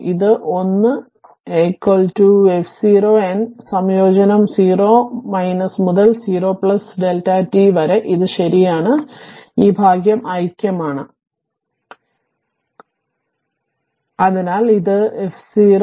ഇത് ഒന്ന് f0 n സംയോജനം 0 മുതൽ 0 Δ t d വരെ ശരിയാണ് ഈ ഭാഗം ഐക്യമാണ് അതിനാൽ ഇത് f0 ശരിയാണോ